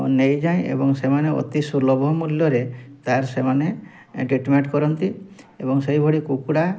ନେଇଯାଏ ଏବଂ ସେମାନେ ଅତି ସୁଲଭ ମୂଲ୍ୟରେ ତା'ର ସେମାନେ ଟିଟମେଣ୍ଟ କରନ୍ତି ଏବଂ ସେଇଭଳି କୁକୁଡ଼ା